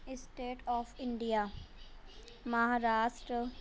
state of India Maharashtra